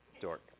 dork